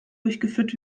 durchgeführt